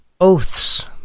oaths